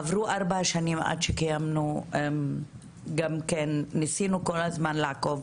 עברו ארבע שנים עד שקיימנו, ניסינו כל הזמן לעקוב